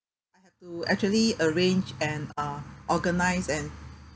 I have to actually arrange and uh organise and